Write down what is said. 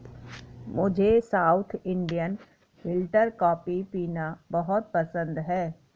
मुझे South Indian filter coffee पीना बहुत पसंद है